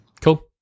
Cool